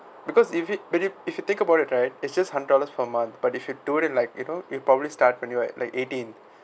because if it if you think about it right it's just hundred dollars per month but if you do it like you know you probably start from you like like eighteen